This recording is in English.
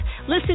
listen